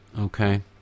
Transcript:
okay